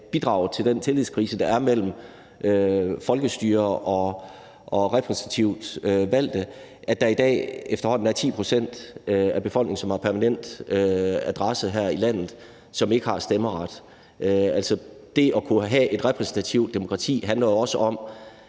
bidrager til den tillidskrise, der er mellem folkestyre og repræsentativt valgte, at der i dag efterhånden er 10 pct. af befolkningen, som har permanent adresse her i landet, men som ikke har stemmeret. Det at kunne have et repræsentativt demokrati handler også om,